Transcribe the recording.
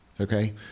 Okay